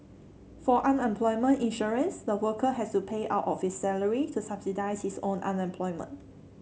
for unemployment insurance the worker has to pay out of his salary to subsidise his own unemployment